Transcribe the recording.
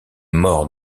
mort